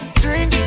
drink